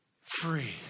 free